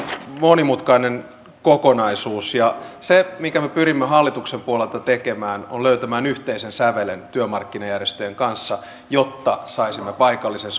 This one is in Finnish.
monimutkainen kokonaisuus ja se minkä me pyrimme hallituksen puolelta tekemään on löytää yhteinen sävel työmarkkinajärjestöjen kanssa jotta saisimme paikallisen